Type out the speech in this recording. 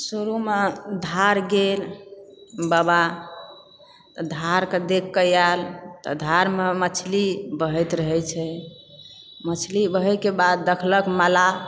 शुरूमे धार गेल बाबा धारके देखकऽ आयल तऽ धारमे मछली बहैत रहै छै मछली बहयके बाद देखलक मल्लाह